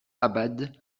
abad